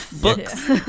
books